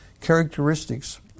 characteristics